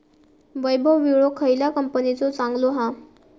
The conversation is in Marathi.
वैभव विळो खयल्या कंपनीचो चांगलो हा?